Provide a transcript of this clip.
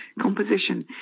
composition